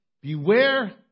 Beware